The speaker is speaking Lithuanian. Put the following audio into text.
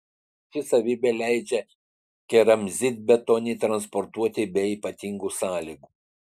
ši savybė leidžia keramzitbetonį transportuoti be ypatingų sąlygų